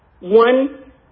One